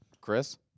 Chris